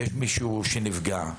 אם מישהו נפגע מזה,